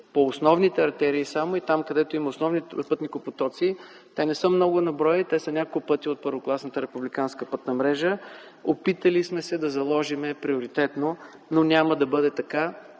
по-основните артериии, там, където има основни пътникопотоци. Те не са много на брой, те са няколко от първокласната републиканска пътна мрежа. Опитали сме се да заложим приоритетно, но няма да бъде така,